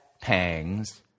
pangs